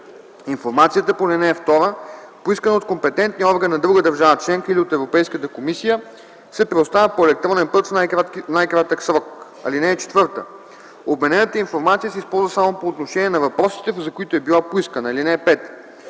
Информацията по ал. 2, поискана от компетентния орган на друга държава членка или от Европейската комисия, се предоставя по електронен път в най-кратък срок. (4) Обменената информация се използва само по отношение на въпросите, за които е била поискана. (5)